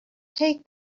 take